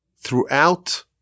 throughout